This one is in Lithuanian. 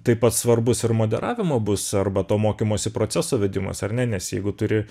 taip pat svarbus ir moderavimo bus arba to mokymosi proceso vedimas ar ne nes jeigu turi